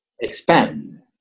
Expand